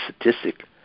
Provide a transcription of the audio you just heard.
statistic